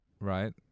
right